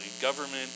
government